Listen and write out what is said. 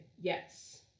yes